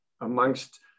amongst